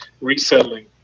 resettling